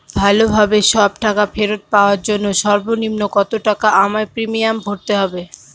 ভালোভাবে সব টাকা ফেরত পাওয়ার জন্য সর্বনিম্ন কতটাকা আমায় প্রিমিয়াম ভরতে হবে?